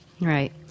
Right